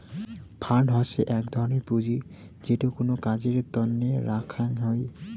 fund হসে এক ধরনের পুঁজি যেটো কোনো কাজের তন্নে রাখ্যাং হই